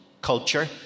culture